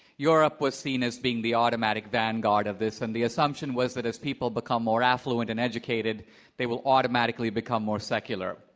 europe was seen as being the automatic vanguard of this and the assumption was that as people become more affluent and educated they will automatically become more secular.